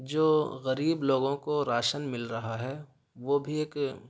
جو غریب لوگوں کو راشن مل رہا ہے وہ بھی ایک